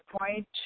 point